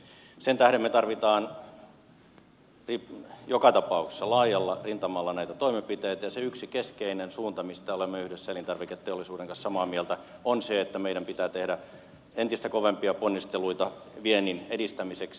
sen tähden me tarvitsemme joka tapauksessa laajalla rintamalla näitä toimenpiteitä ja se yksi keskeinen suunta mistä olemme yhdessä elintarviketeollisuuden kanssa samaa mieltä on se että meidän pitää tehdä entistä kovempia ponnisteluita viennin edistämiseksi